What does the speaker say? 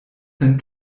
sen